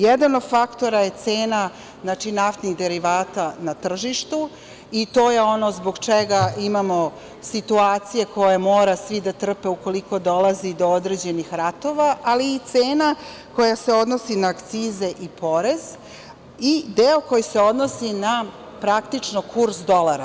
Jedan od faktora je cena naftnih derivata na tržištu i to je ono zbog čega imamo situacije koje moraju svi da trpe ukoliko dolazi do određenih ratova, ali i cena koja se odnosi na akcize i porez i deo koji se odnosi na praktično kurs dolara.